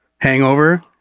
hangover